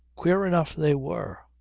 queer enough they were.